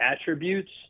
attributes